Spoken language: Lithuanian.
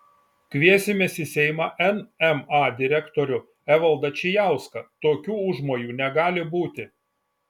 kviesimės į seimą nma direktorių evaldą čijauską tokių užmojų negali būti